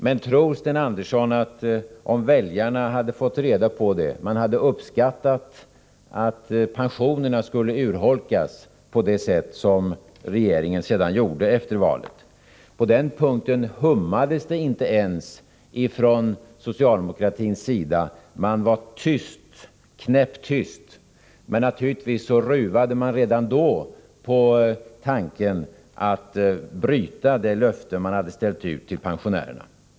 Men tror Sten Andersson att väljarna, om de fått reda på det, hade uppskattat att regeringen skulle urholka pensionerna på det sätt som sedan skedde efter valet? På den punkten ”hummades” det inte ens från socialdemokratins sida — man var tyst, knäpptyst. Men naturligtvis ruvade man redan då på tanken att bryta det löfte man gett pensionärerna.